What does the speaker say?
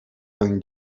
than